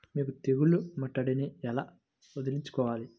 మీరు తెగులు ముట్టడిని ఎలా వదిలించుకోవాలి?